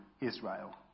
Israel